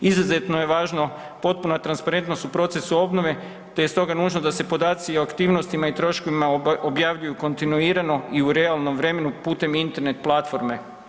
Izuzetno je važna potpuna transparentnost u procesu obnove te je stoga nužno da podaci o aktivnostima i troškovima objavljuju kontinuirano i u realnom vremenu putem Internet platforme.